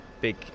big